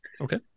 Okay